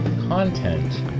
content